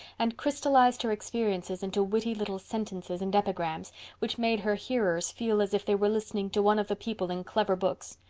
and crystalized her experiences into witty little sentences and epigrams which made her hearers feel as if they were listening to one of the people in clever books.